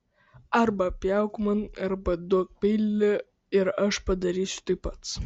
arba pjauk man arba duokš peilį ir aš padarysiu tai pats